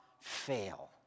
fail